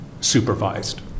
supervised